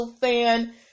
fan